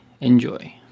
Enjoy